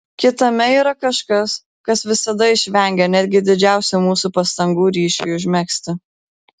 kitame yra kažkas kas visada išvengia netgi didžiausių mūsų pastangų ryšiui užmegzti